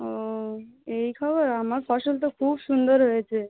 ও এই খবর আমার ফসল তো খুব সুন্দর হয়েছে